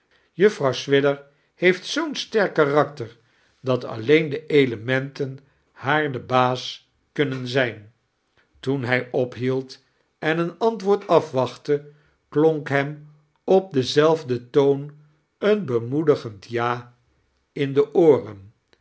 juffrouw swidger heeft zoo'n stork karakter dat alleen de elementen haar de baas kunnen zijn toen hij ophield en een antwoord afwachtte klonk hem op denzelfden toon een bemoedigend ja in de ooren